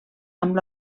amb